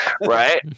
right